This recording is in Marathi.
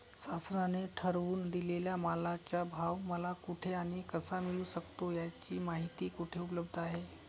शासनाने ठरवून दिलेल्या मालाचा भाव मला कुठे आणि कसा मिळू शकतो? याची माहिती कुठे उपलब्ध आहे?